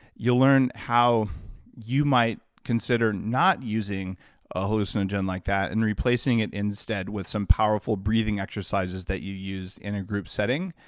you'll learn how you might consider not using a hallucinogen like that, and replacing it instead with some powerful breathing exercises that you use in a group setting.